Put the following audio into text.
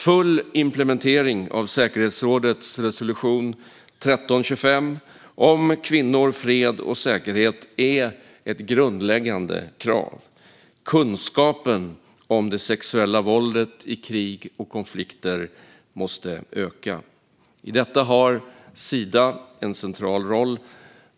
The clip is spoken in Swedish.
Full implementering av säkerhetsrådets resolution 1325 om kvinnor, fred och säkerhet är ett grundläggande krav. Kunskapen om det sexuella våldet i krig och konflikter måste öka. I detta har Sida en central roll.